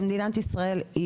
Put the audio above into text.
במדינת ישראל,